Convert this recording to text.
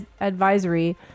advisory